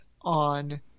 on